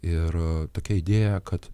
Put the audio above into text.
ir tokia idėja kad